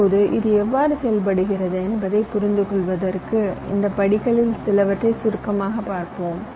இப்போது இது எவ்வாறு செயல்படுகிறது என்பதைப் புரிந்துகொள்வதற்கு இந்த படிகளில் சிலவற்றை சுருக்கமாக பார்ப்போம்